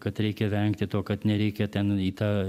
kad reikia vengti to kad nereikia ten į tą